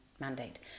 mandate